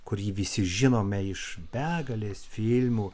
kurį visi žinome iš begalės filmų